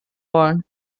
wollen